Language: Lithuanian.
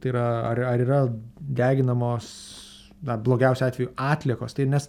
yra ar ar yra deginamos na blogiausiu atveju atliekos tai nes